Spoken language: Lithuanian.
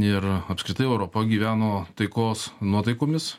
ir apskritai europa gyveno taikos nuotaikomis